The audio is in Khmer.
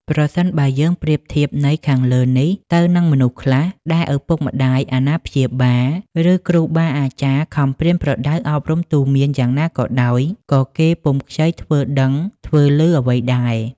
ប្រសិនបើយើងប្រៀបធៀបន័យខាងលើនេះទៅនឹងមនុស្សខ្លះ ដែលឳពុកម្តាយ អាណាព្យាបាល ឬគ្រូបាអាចារ្យខំប្រៀនប្រដៅអប់រំទូន្មានយ៉ាងណាក៏ដោយ ក៏គេពុំខ្ចីធ្វើដឹង ធ្វើឮអ្វីដែរ។